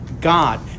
God